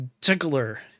tickler